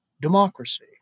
democracy